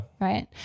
right